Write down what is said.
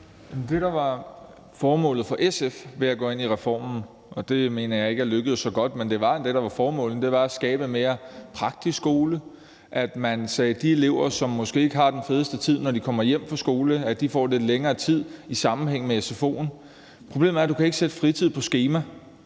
Det, der var formålet for SF med at gå ind i reformen – og det mener jeg ikke er lykkedes så godt – var netop at skabe en mere praktisk skole. Man sagde, at de elever, som måske ikke har den fedeste tid, når de kommer hjem fra skole, skal have lidt længere tid i sammenhæng med sfo'en. Problemet er, at du ikke kan sætte fritid på skema,